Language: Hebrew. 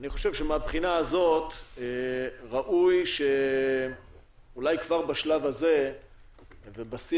אני חושב שמהבחינה הזאת ראוי שאולי כבר בשלב הזה ובשיח